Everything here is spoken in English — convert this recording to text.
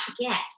get